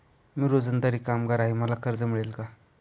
मी रोजंदारी कामगार आहे मला कर्ज मिळेल का?